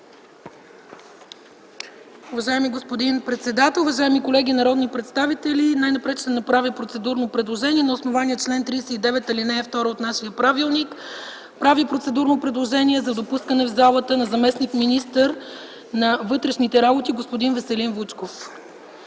вътрешните работи господин Веселин Вучков.